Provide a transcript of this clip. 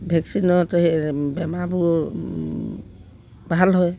ভেকচিনত সেই বেমাৰবোৰ ভাল হয়